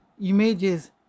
images